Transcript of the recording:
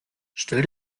stell